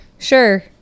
Sure